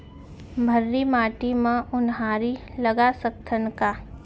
भर्री माटी म उनहारी लगा सकथन का?